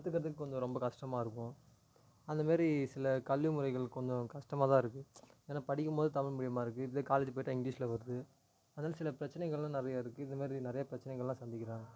கற்றுக்கிறதுக்கு கொஞ்சம் ரொம்ப கஷ்டமாக இருக்கும் அந்த மாதிரி சில கல்வி முறைகள் கொஞ்சம் கஷ்டமாக தான் இருக்குது ஏன்னா படிக்கும் போது தமிழ் மீடியமா இருக்கு இதே காலேஜ் போயிட்டா இங்கிலீஷில் வருது அதனால சில பிரச்சனைகளும் நிறையா இருக்கு இது மாதிரி நிறைய பிரச்சனைகள்லாம் சந்திக்கிறாங்க